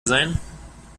sein